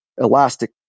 elastic